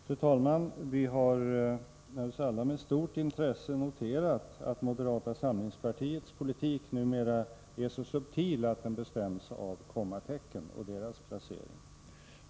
Fru talman! Vi har alla med stort intresse noterat att moderata samlingspartiets politik numera är så subtil, att den bestäms av kommatecken och deras placering.